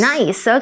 Nice